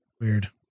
weird